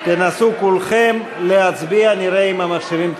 תנסו כולכם להצביע, נראה אם המחשבים תקינים.